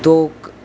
तो क